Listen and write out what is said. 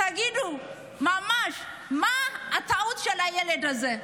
תגידו, ממש, מה הטעות של הילד הזה?